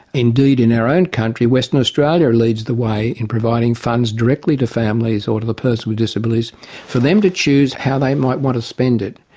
indeed in our own country western australia leads the way in providing funds directly to families or to the person with disabilities for them to choose how they might want to spend it.